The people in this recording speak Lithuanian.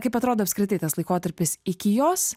kaip atrodo apskritai tas laikotarpis iki jos